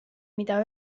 mida